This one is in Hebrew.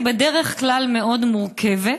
היא בדרך כלל מאוד מורכבת,